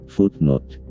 Footnote